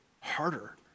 harder